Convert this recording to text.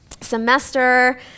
semester